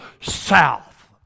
south